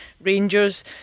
Rangers